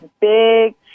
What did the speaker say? big